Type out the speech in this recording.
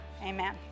amen